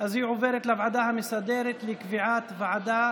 בוועדה המסדרת נתקבלה.